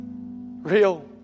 real